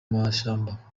mashyamba